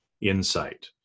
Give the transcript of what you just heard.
insight